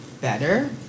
better